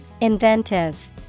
Inventive